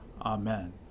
Amen